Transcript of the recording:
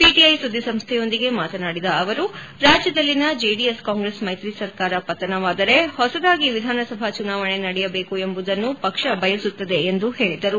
PTI ಸುದ್ದಿ ಸಂಸ್ಹೆಯೊಂದಿಗೆ ಮಾತನಾಡಿದ ಅವರು ರಾಜ್ವದಲ್ಲಿನ ಜೆಡಿಎಸ್ ಕಾಂಗ್ರೆಸ್ ಮೈತ್ರಿ ಸರ್ಕಾರ ಪತನವಾದರೆ ಹೊಸದಾಗಿ ವಿಧಾನಸಭಾ ಚುನಾವಣೆ ನಡೆಯಬೇಕು ಎಂಬುದನ್ನು ಪಕ್ಷ ಬಯಸುತ್ತದೆ ಎಂದು ಹೇಳಿದರು